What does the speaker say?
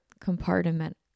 compartment